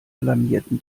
alarmierten